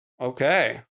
Okay